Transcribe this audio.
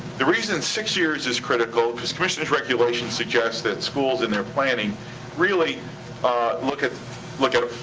the reason six years is critical, cause commissioner's regulations suggest that schools in their planning really look at look at